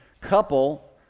couple